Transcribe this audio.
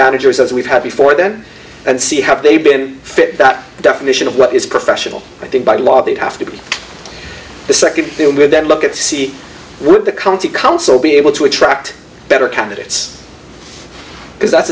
managers as we've had before them and see have they been fit that definition of what is professional i think by law they'd have to be the second they would then look at see would the county council be able to attract better candidates because that's